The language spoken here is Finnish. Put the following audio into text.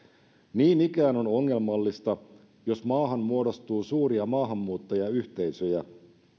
niin ikään on ongelmallista jos maahan muodostuu suuria maahanmuuttajayhteisöjä